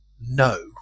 no